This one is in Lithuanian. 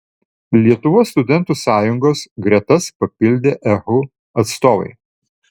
lietuvos studentų sąjungos gretas papildė ehu atstovai